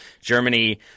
Germany